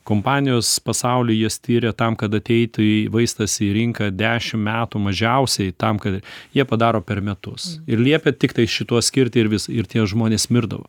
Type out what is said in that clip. kompanijos pasauly jas tiria tam kad ateitų į vaistas į rinką dešim metų mažiausiai tam ką jie padaro per metus ir liepia tiktai šituos skirti ir vis ir tie žmonės mirdavo